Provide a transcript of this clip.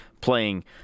playing